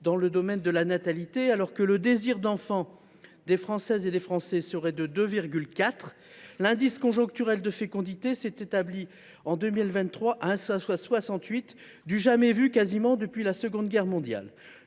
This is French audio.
trajectoire inquiétante : alors que le désir d’enfant des Françaises et des Français serait de 2,4, l’indice conjoncturel de fécondité s’est établi, en 2023, à 1,68, du jamais vu depuis la Seconde Guerre mondiale.